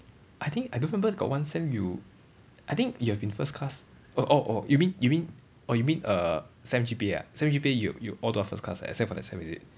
I think I don't remember got one sem you I think you have been first class oh orh orh you mean you mean oh you mean err sem G_P_A ah sem G_P_A you you all the while first class except for that sem is it